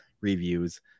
reviews